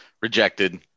Rejected